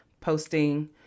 posting